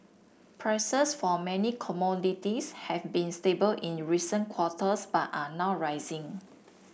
prices for many commodities have been stable in recent quarters but are now rising